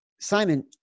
Simon